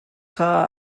kha